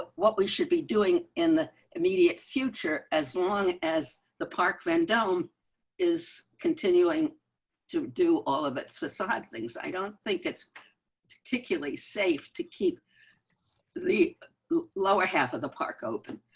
ah what we should be doing in the immediate future, as long as the park vendome is continuing to do all of its facade things. i don't think that's particularly safe to keep the the lower half of the park open